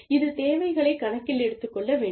இது தேவைகளை கணக்கில் எடுத்துக்கொள்ள வேண்டும்